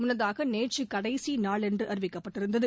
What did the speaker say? முன்னதாக நேற்று கடைசி நாள் என்று அறிவிக்கப்பட்டிருந்தது